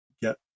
get